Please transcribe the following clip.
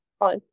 on